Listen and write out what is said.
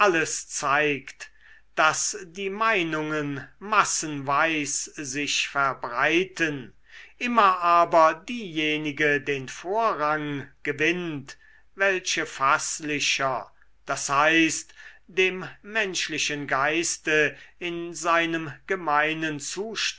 zeigt daß die meinungen massenweis sich verbreiten immer aber diejenige den vorrang gewinnt welche faßlicher d h dem menschlichen geiste in seinem gemeinen